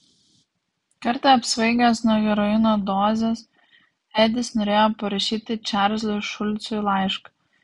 kartą apsvaigęs nuo heroino dozės edis norėjo parašyti čarlzui šulcui laišką